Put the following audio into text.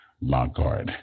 Lockhart